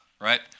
right